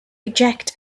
reject